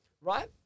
right